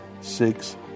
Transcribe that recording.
six